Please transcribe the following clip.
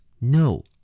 no